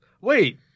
Wait